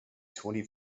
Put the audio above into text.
twenty